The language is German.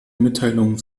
mitteilungen